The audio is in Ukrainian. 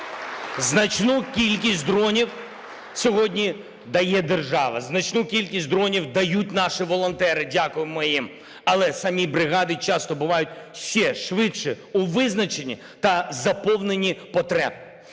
Значну кількість дронів сьогодні дає держава, значну кількість дронів дають наші волонтери, дякуємо їм, але самі бригади часто бувають ще швидше у визначенні та заповненні потреб.